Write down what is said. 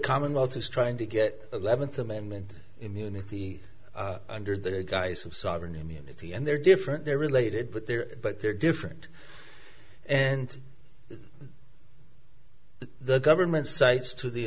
commonwealth is trying to get eleventh amendment immunity under the guise of sovereign immunity and they're different they're related but they're but they're different and the government cites to the